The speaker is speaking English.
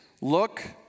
Look